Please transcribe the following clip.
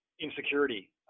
insecurity